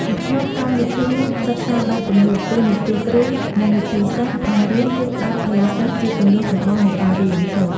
នៅក្នុងកម្មវិធីសិក្សាបែបទំនើប តួនាទីគ្រូ និងវិធីសាស្ត្របង្រៀនគឺ ផ្ដោតលើសិស្សជាគន្លឹះចម្បងនៃការរៀនសូត្រ។